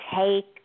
take